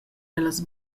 ellas